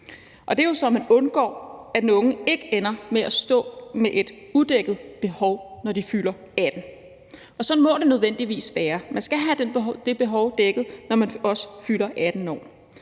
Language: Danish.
det er jo, så man undgår, at de unge ender med at stå med et udækket behov, når de fylder 18 år. Sådan må det nødvendigvis være. Man skal have det behov dækket, når man fylder 18 år.